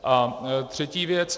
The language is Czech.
A třetí věc.